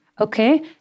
okay